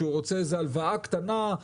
כשהוא רוצה הלוואה קטנה,